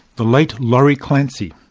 the late laurie clancy,